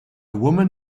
woman